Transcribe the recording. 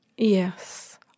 Yes